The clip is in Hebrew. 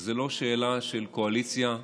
שזו לא שאלה של קואליציה ואופוזיציה,